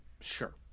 Sure